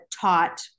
taught